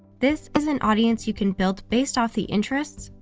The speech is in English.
this is an audience you can build based off the interests,